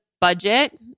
budget